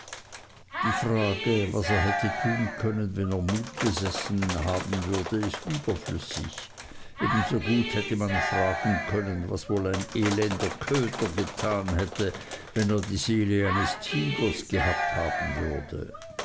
die frage was er hätte tun können wenn er mut besessen haben würde ist überflüssig ebensogut hätte man fragen können was wohl ein elender köter getan hätte wenn er die seele eines tigers gehabt haben würde